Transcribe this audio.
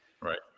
Right